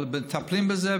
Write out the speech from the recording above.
אבל מטפלים בזה,